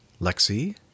Lexi